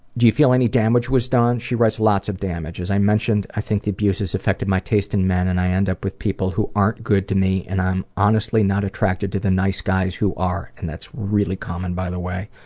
do you feel any damage was done? she writes, lots of damage. as i mentioned, i think the abuse has affected my taste in men, and i end up with people who aren't good to me, and i'm honestly not attracted to the nice guys who are. and that's really common, by the way.